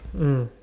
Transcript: mm